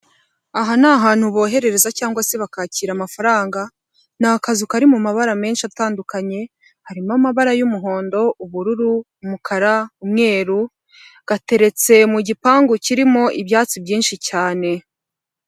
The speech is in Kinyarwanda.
Aha ni ahantu boherereza cyangwa se bakakira amafaranga, ni akazu kari mu mabara menshi atandukanye, harimo amabara y'umuhondo, ubururu, umukara, umweru, gateretse mu gipangu kirimo ibyatsi byinshi cyane.